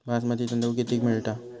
बासमती तांदूळ कितीक मिळता?